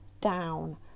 down